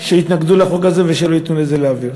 שיתנגדו לחוק הזה ושלא ייתנו לזה לעבור.